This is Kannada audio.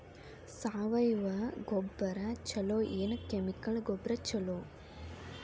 ಸಾವಯವ ಗೊಬ್ಬರ ಛಲೋ ಏನ್ ಕೆಮಿಕಲ್ ಗೊಬ್ಬರ ಛಲೋ?